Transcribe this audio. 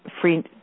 free